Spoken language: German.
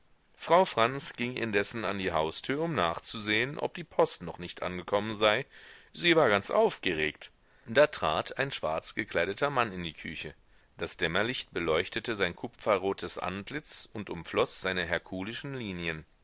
frau franz ging indessen an die haustür um nachzusehen ob die post noch nicht angekommen sei sie war ganz aufgeregt da trat ein schwarz gekleideter mann in die küche das dämmerlicht beleuchtete sein kupferrotes antlitz und umfloß seine herkulischen linien